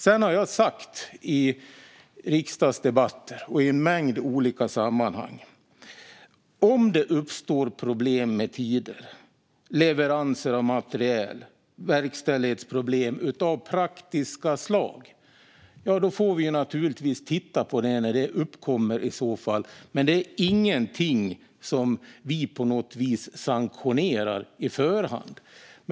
Sedan har jag i riksdagsdebatter och i en mängd olika sammanhang sagt att om det uppstår problem med tider och leveranser av materiel eller om verkställighetsproblem av praktiska slag uppstår får vi naturligtvis titta på det. Det får vi göra när det uppkommer i så fall, men det är ingenting som vi på något vis sanktionerar på förhand.